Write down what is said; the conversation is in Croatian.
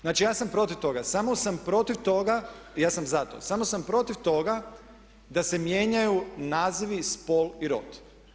Znači ja sam protiv toga, samo sam protiv toga, ja sam za to, samo sam protiv toga da se mijenjaju nazivi spol i rod.